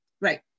Right